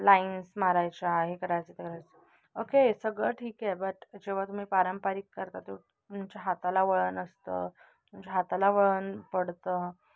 lines मारायच्या हे करायचं ते करायचं ओके सगळं ठीक आहे बट जेव्हा तुम्ही पारंपरिक करता ते तुमच्या हाताला वळण असतं तुमच्या हाताला वळण पडतं